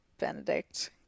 Benedict